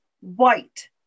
white